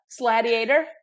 sladiator